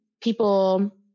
people